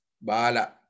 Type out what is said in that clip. Bala